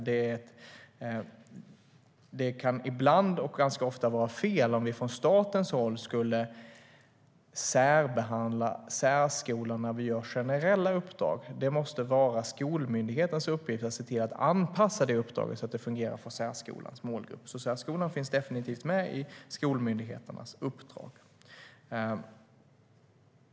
Det kan ibland, och ganska ofta, vara fel om vi från statens håll skulle särbehandla särskolorna när vi ger generella uppdrag. Det måste vara skolmyndighetens uppgift att se till att anpassa detta uppdrag så att det fungerar för särskolans målgrupp. Särskolan finns alltså definitivt med i skolmyndigheternas uppdrag.